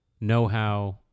know-how